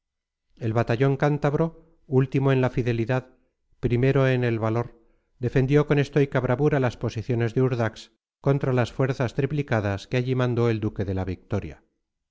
el batallón cántabro último en la fidelidad primero en el valor defendió con estoica bravura las posiciones de urdax contra las fuerzas triplicadas que allí mandó el duque de la victoria